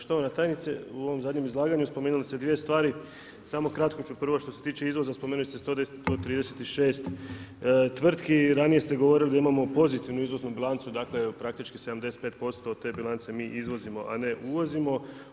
Štovana tajnice, u ovom zadnjem izlaganju spomenuli ste dvije stvari, samo kratko ću prvo što se tiče izvoza spomenuli ste 110, 136 tvrtki i ranije ste govorili da imamo pozitivnu izlaznu bilancu, dakle praktički 75% od te bilance mi izvozimo a ne uvozimo.